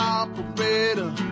operator